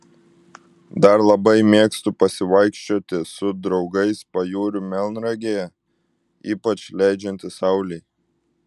dar labai mėgstu pasivaikščioti su draugais pajūriu melnragėje ypač leidžiantis saulei